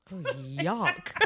yuck